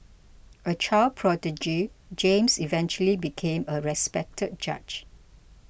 a child prodigy James eventually became a respected judge